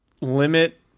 limit